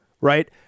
right